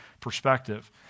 perspective